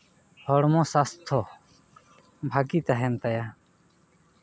ᱦᱚᱲᱢᱚ ᱥᱟᱥᱛᱷᱚ ᱵᱷᱟᱜᱮ ᱛᱟᱦᱮᱱ ᱛᱟᱭᱟ